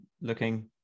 looking